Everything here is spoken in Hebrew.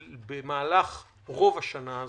במהלך רוב השנה הזאת,